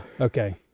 Okay